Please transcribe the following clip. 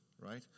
right